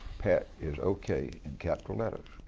pat is okay in capital letters,